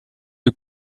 you